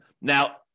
Now